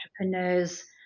entrepreneurs